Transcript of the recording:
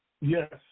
Yes